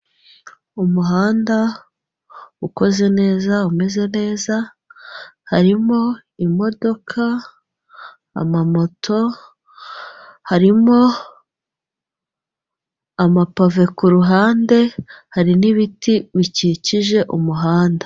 Umuhanda ukoze neza, umeze neza, harimo imodoka amamoto harimo amapave kuruhande, hari n'ibiti bikikije umuhanda.